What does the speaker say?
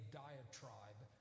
diatribe